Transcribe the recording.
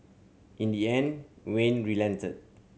in the end Wayne relented